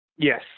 Yes